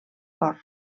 cor